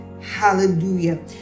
Hallelujah